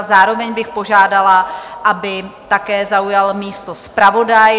Zároveň bych požádala, aby také zaujal místo zpravodaj.